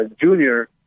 Junior